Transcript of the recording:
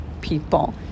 people